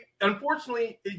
unfortunately